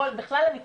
בכלל בכול המקצועות,